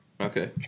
Okay